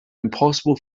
impossible